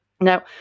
Now